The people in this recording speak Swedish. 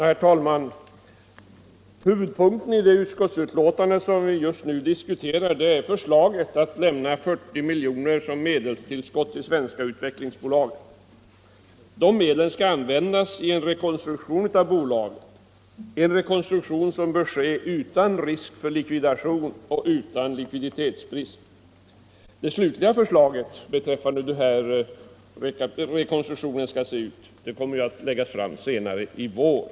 Herr talman! Huvudpunkten i det betänkande vi just nu diskuterar är förslaget att lämna 40 miljoner som medelstillskott till Svenska Utvecklingsaktiebolaget. De medlen skall användas i en rekonstruktion av bolaget som bör ske utan risk för likvidation och utan likviditetsbrist. Det slutliga förslaget om hur rekonstruktionen skall se ut kommer att läggas fram senare i vår.